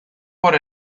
por